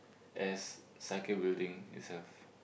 as sakae building itself